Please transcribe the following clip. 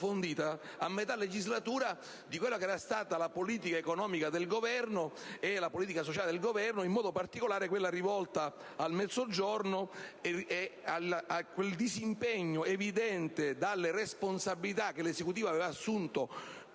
a metà legislatura, di quella che era stata la politica economica e la politica sociale del Governo, in modo particolare quella rivolta al Mezzogiorno e quel disimpegno evidente dalle responsabilità che l'Esecutivo aveva fatto